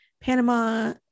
Panama